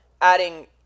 adding